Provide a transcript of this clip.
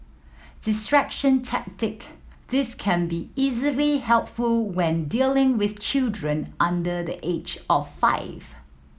distraction tactic this can be easily helpful when dealing with children under the age of five